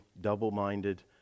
double-minded